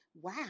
wow